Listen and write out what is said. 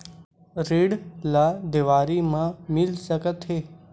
ऋण ला देवारी मा मिल सकत हे